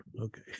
Okay